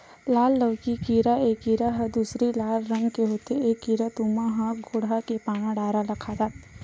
लाल लौकी कीरा ए कीरा ह सिंदूरी लाल रंग के होथे ए कीरा तुमा अउ कोड़हा के पाना डारा ल खा जथे